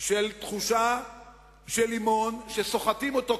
של תחושה של לימון שסוחטים אותו,